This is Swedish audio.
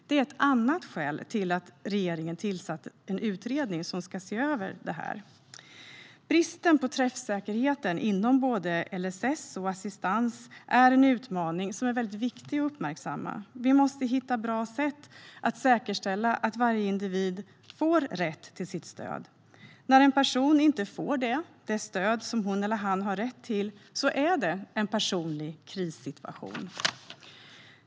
Det är ett annat skäl till att regeringen har tillsatt en utredning som ska se över detta. Bristen på träffsäkerhet inom både LSS och lagen om assistans är en utmaning som är väldigt viktig att uppmärksamma. Vi måste hitta bra sätt att säkerställa att varje individ får rätt till sitt stöd. När en person inte får det stöd som hon eller han har rätt till är det en personlig krissituation.